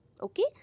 okay